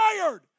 tired